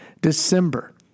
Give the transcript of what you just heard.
December